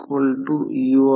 167 आणि j 0